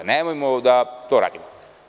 Nemojmo da to radimo.